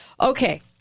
Okay